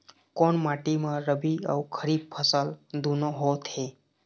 कोन माटी म रबी अऊ खरीफ फसल दूनों होत हे?